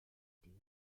dear